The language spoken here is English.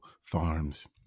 Farms